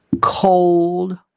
cold